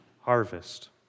harvest